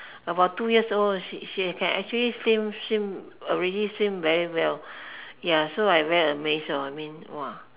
about two years old she she can already swim swim already swim very well ya so I very amazed lor I mean !wah!